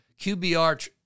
QBR